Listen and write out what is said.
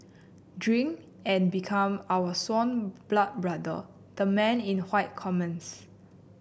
drink and become our sworn blood brother the man in commands